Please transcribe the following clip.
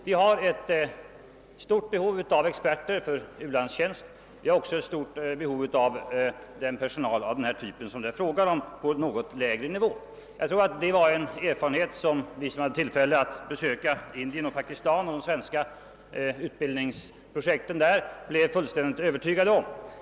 Vi har ett stort behov av experter för u-landstjänst och också av denna typ av personal på något lägre nivå. Det är ett faktum som jag tror att alla vi som hade tillfälle att besöka Indien och Pakistan och de svenska utbildningsprojekten där blev fullständigt övertygade om.